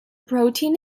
protein